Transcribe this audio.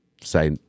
say